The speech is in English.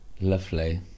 Lovely